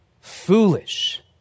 foolish